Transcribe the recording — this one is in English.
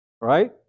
right